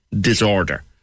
disorder